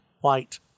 white